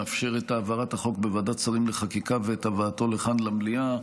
לאפשר את העברת החוק בוועדת שרים לחקיקה ואת הבאתו לכאן למליאה.